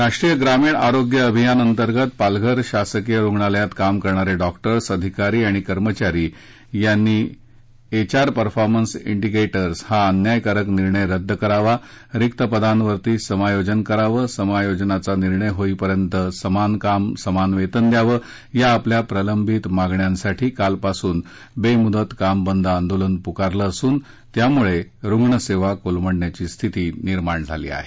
राष्ट्रीय ग्रामीण आरोग्य अभियान अंतर्गत पालघर शासकीय रुग्णालयात काम करणारे डॉक्टर्स अधिकारी आणि कर्मचारी यांनी एच आर परफ़ॉर्मेन्स इंडिगेटर्स हा अन्याय कारक निर्णय रद्द करावा रिक्त पदांवर समायोजन करावं समयोजनाचा निर्णय होई पर्यंत समान काम समान वेतन द्यावं या आपल्या प्रलंबित मागण्यांसाठी त्यामुळे रुग्णसेवा कोलमडण्याची स्थिती निर्माण झाली आहे